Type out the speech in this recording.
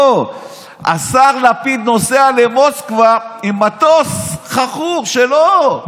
לא, השר לפיד נוסע למוסקבה עם מטוס חכור שלו.